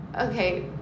Okay